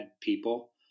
people